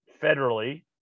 federally